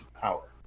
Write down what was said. power